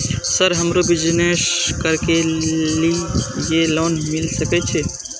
Sir हमरो business करके ली ये लोन मिल सके छे?